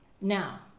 now